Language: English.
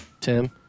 Tim